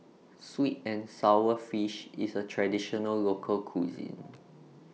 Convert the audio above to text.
Sweet and Sour Fish IS A Traditional Local Cuisine